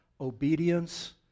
obedience